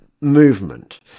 movement